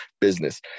business